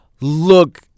look